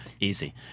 Easy